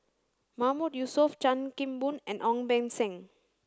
Mahmood Yusof Chan Kim Boon and Ong Beng Seng